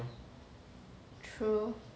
true